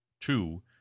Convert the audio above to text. two